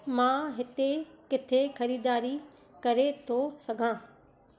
मां हिते किथे ख़रीदारी करे थो सघां